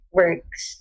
works